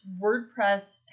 WordPress